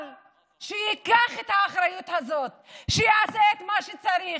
אבל שייקח את האחריות הזאת ושיעשה את מה שצריך.